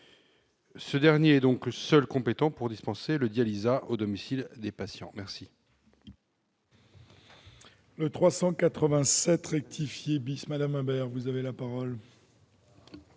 Ce dernier est donc seul compétent pour dispenser le dialysat au domicile des patients.